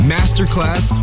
Masterclass